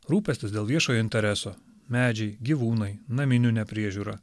rūpestis dėl viešo intereso medžiai gyvūnai naminių nepriežiūra